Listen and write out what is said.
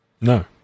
No